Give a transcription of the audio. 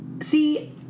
See